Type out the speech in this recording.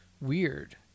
weird